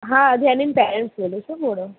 હા ધ્યાનીના પેરેન્સ બોલું છુ બોલો